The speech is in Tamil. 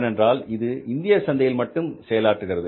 ஏனென்றால் இது இந்திய சந்தையில் மட்டும் செயலாற்றுகிறது